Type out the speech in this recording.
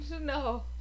no